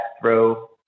throw